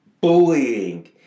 bullying